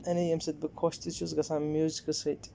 یعنی ییٚمہِ سۭتۍ بہٕ خۄش تہِ چھُس گژھان میوٗزٕکہٕ سۭتۍ